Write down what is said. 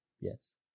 yes